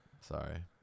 Sorry